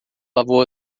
lavou